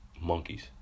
monkeys